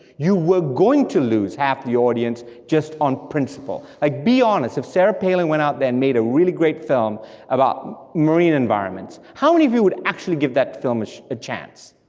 you were going to lose half the audience, just on principle. like be honest, if sarah palin went out there and made a really great film about marine environments, how many of you would actually give that film a chance?